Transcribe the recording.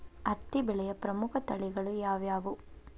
ಹತ್ತಿ ಬೆಳೆಯ ಪ್ರಮುಖ ತಳಿಗಳು ಯಾವ್ಯಾವು?